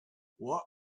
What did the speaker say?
what